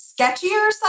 sketchier